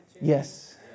yes